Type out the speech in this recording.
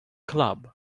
club